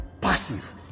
passive